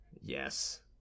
Yes